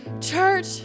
Church